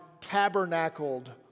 tabernacled